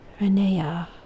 Renea